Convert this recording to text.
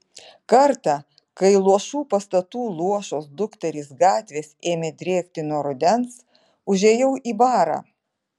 kartą kai luošų pastatų luošos dukterys gatvės ėmė drėkti nuo rudens užėjau į barą